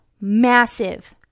Massive